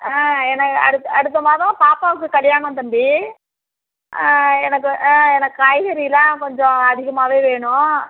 ஆ எனக்கு அடுத்த அடுத்த மாதம் பாப்பாவுக்கு கல்யாணம் தம்பி எனக்கு ஆ எனக்கு காய்கறிலாம் கொஞ்சம் அதிகமாகவே வேணும்